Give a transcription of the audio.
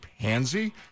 pansy